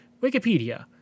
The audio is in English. Wikipedia